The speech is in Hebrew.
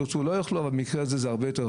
ואם לא ירצו,